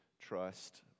trust